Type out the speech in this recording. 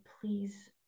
please